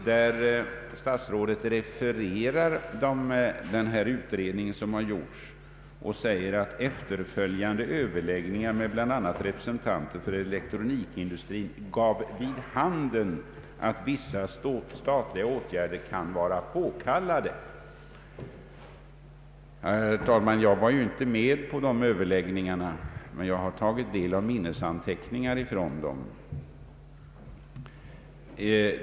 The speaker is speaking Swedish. Där refererar statsrådet den utredning som gjorts och säger: ”Efterföljande överläggningar med bl.a. representanter för elektronikindustrin gav vid handen att vissa statliga åtgärder kan vara påkallade.” Herr talman! Jag var inte med vid dessa överläggningar, men jag har tagit del av minnesanteckningar från dem.